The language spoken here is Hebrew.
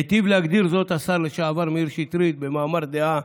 היטיב להגדיר זאת השר לשעבר מאיר שטרית במאמר דעה